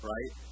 Right